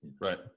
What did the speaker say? Right